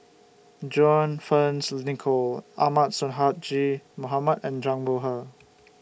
John Fearns Nicoll Ahmad Sonhadji Mohamad and Zhang Bohe